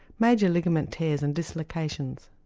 major ligament tears and dislocations.